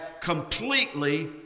completely